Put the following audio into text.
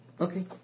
Okay